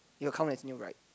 it will count as new ride